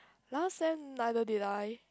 last sem neither did I